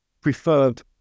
preferred